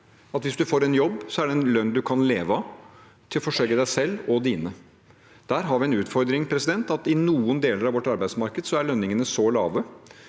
hvis man får en jobb, er det med en lønn man kan leve av, til å forsørge seg selv og sine. Der har vi en utfordring med at i noen deler av vårt arbeidsmarked er lønningene lave.